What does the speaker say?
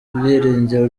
ibyiringiro